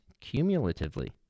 cumulatively